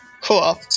Cool